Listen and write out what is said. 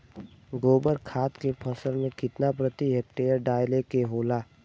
गोबर खाद फसल में कितना प्रति हेक्टेयर डाले के होखेला?